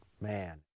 man